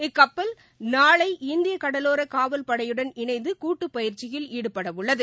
இக்கப்பல் நாளை இந்தியகடலோரகாவல் படையுடன் இணைந்துகூட்டுப் பயிற்சியில் ஈடுபடஉள்ளன